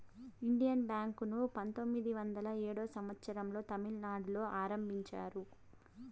Indian Bank ను పంతొమ్మిది వందల ఏడో సంవచ్చరం లో తమిళనాడులో ఆరంభించారు